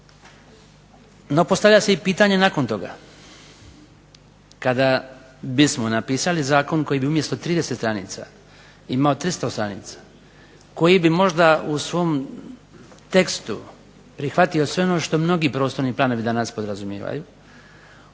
No postavlja se pitanje i nakon toga. Kada bismo napisali zakon koji bi umjesto 30 stranica imao 300 stranica koji bi možda u svom tekstu prihvatio sve ono što mnogi prostorni planovi danas podrazumijevaju